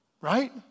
Right